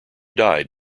died